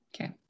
Okay